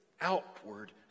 outward